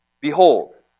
Behold